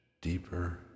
deeper